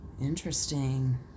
Interesting